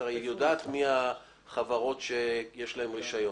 היא הרי יודעת מי החברות שיש להן רישיון.